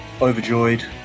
overjoyed